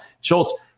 Schultz